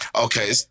Okay